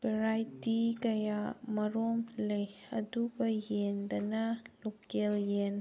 variety ꯀꯌꯥ ꯃꯔꯣꯝ ꯂꯩ ꯑꯗꯨꯒ ꯌꯦꯟꯗꯅ ꯂꯣꯀꯦꯜ ꯌꯦꯟ